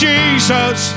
Jesus